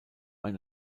ein